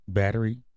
battery